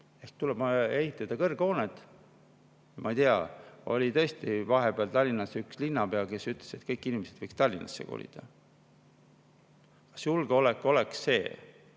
Siis tuleb ehitada kõrghooned. Ma ei tea. Oli tõesti vahepeal Tallinnas üks linnapea, kes ütles, et kõik inimesed võiksid Tallinnasse kolida. Kas julgeolek on see,